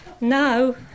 now